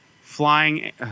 Flying